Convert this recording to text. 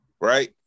Right